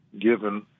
given